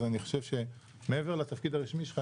אז אני חושב שמעבר לתפקיד הרשמי שלך,